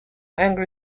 angry